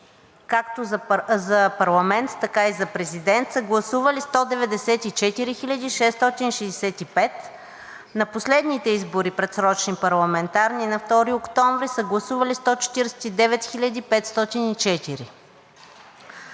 както за парламент, така и за президент, са гласували 194 хил. 665. На последните избори, предсрочни парламентарни, на 2 октомври са гласували 149 хил.